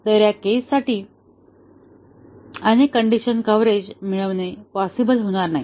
तर या केससाठी अनेक कण्डिशन कव्हरेज मिळवणे पॉसिबल होणार नाही